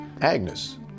Agnes